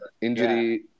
injury